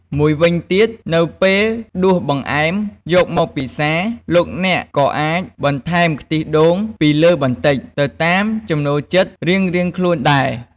មួយវិញទៀត នៅពេលដួសបង្អែមយកមកពិសា លោកអ្នកក៏អាចបន្ថែមខ្ទិះដូងពីលើបន្តិច ទៅតាមចំណូលចិត្តរៀងៗខ្លួនដែរ។